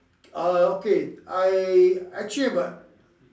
uh okay I actually but